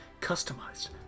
customized